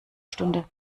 stunde